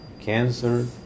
cancer